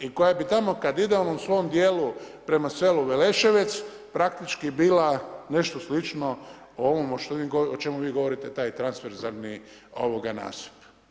I koja bi tamo kada idemo u svom dijelu prema selu Veleševec, praktički bila nešto slično o ovome o čemu vi govorite taj transferzarni nasip.